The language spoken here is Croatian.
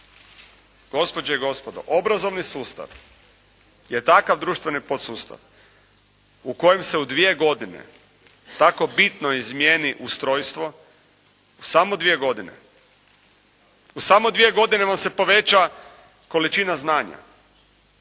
Gospođe i gospodo obrazovni sustav je takav društveni podustav u kojem se u dvije godine tako bitno izmijeni ustrojstvo, u samo dvije godine. U samo dvije godine vam se poveća količina znanja.